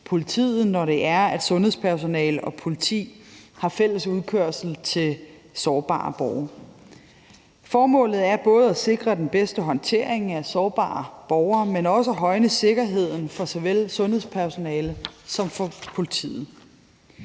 politiet, når sundhedspersonale og politi har fælles udkørsel til sårbare borgere. Formålet er både at sikre den bedste håndtering af sårbare borgere, men også at højne sikkerheden for såvel sundhedspersonalet som politiet.